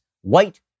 white